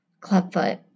Clubfoot